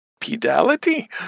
pedality